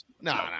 No